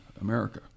America